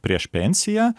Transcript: prieš pensiją